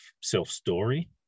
self-story